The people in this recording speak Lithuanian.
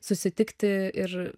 susitikti ir